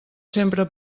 sempre